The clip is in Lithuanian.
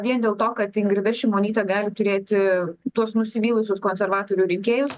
vien dėl to kad ingrida šimonytė gali turėti tuos nusivylusius konservatorių rinkėjus